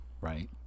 right